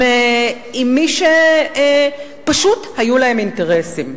עם מי שפשוט היו להם אינטרסים,